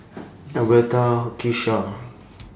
Albertha Kisha